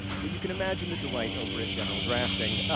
well, you can imagine the delight over at general drafting.